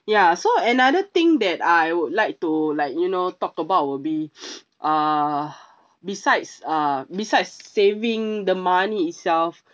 ya so another thing that I would like to like you know talk about will be uh besides uh besides saving the money itself